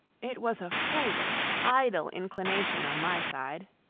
it was a foolish, idle inclination on my side,